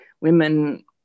women